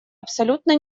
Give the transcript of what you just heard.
абсолютно